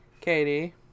katie